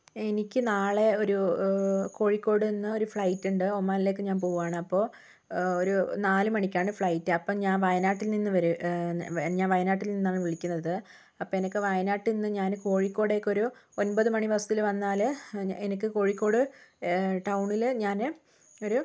എനിക്ക് നാളെ ഒരു കോഴിക്കോട് നിന്ന് ഒരു ഫ്ലൈറ്റ് ഉണ്ട് ഒമാനിലേക്ക് ഞാൻ പോവുകയാണ് അപ്പോൾ ഒരു നാലുമണിക്കാണ് ഫ്ലൈറ്റ് അപ്പം ഞാൻ വയനാട്ടിൽ നിന്ന് ഞാൻ വയനാട്ടിൽ നിന്നാണ് വിളിക്കുന്നത് അപ്പോൾ എനിക്ക് വയനാട്ടിൽ നിന്ന് ഞാൻ കോഴിക്കോടേയ്ക്കൊരു ഒമ്പത് മണി ബസ്സിൽ വന്നാൽ എനിക്ക് കോഴിക്കോട് ടൗണിൽ ഞാൻ ഒരു